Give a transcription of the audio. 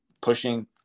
pushing